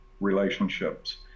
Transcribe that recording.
relationships